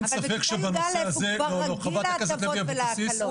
אבל בכיתה י"א הוא כבר רגיל להטבות ולהקלות.